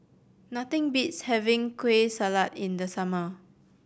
nothing beats having Kueh Salat in the summer